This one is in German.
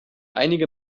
einige